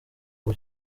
ubu